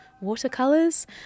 watercolors